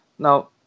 Now